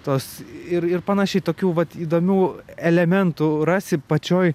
tos ir ir panašiai tokių pat įdomių elementų rasi pačioj